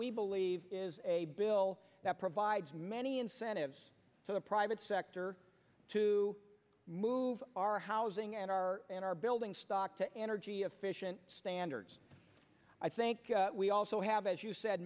we believe is a bill that provides many incentives to the private sector to move our housing and our and our building stock to energy efficient standards i think we also have as you said